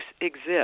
exist